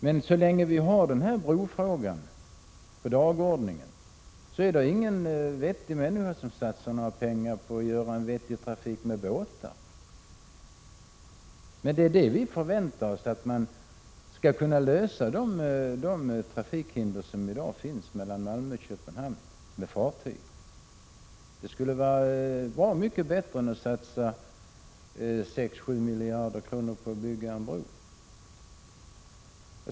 Men så länge vi har brofrågan på dagordningen är det ingen vettig människa som satsar pengar på att åstadkomma bra trafik med båtar. Men vi förväntar oss att man skall kunna åtgärda trafikhindren mellan Malmö och Köpenhamn genom fartyg. Det skulle vara bra mycket bättre än att satsa sex sju miljarder på att bygga en bro.